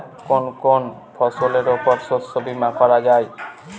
কোন কোন ফসলের উপর শস্য বীমা করা যায়?